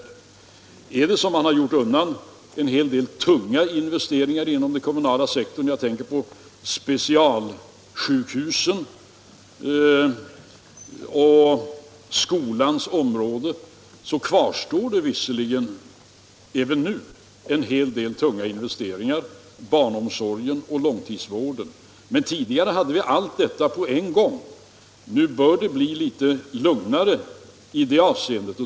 Har man gjort undan en hel del tunga investeringar inom den kommunala sektorn — jag tänker på specialsjukhusen och skolans område — kvarstår det visserligen många tunga investeringar: barnomsorgen och långtidsvården exempelvis. Men tidigare hade vi allt detta på en gång. Nu bör det bli litet lugnare i det avseendet.